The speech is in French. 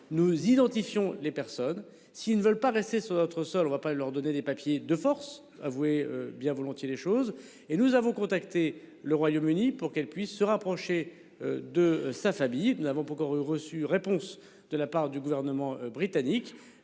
nous identifions les personnes s'ils ne veulent pas rester sur notre sol. On va pas leur donner des papiers de force avouez bien volontiers les choses et nous avons contacté le Royaume-Uni pour qu'elle puisse se rapprocher de sa famille. Nous n'avons pas encore reçu. Réponse de la part du gouvernement britannique.